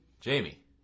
Jamie